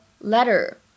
letter